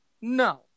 No